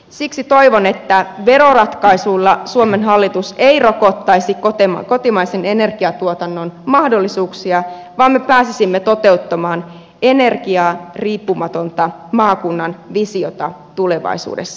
siksi toivon että veroratkaisuilla suomen hallitus ei rokottaisi kotimaisen energiatuotannon mahdollisuuksia vaan me pääsisimme toteuttamaan energiariippumatonta maakunnan visiota tulevaisuudessa